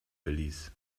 belize